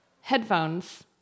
headphones